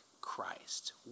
Christ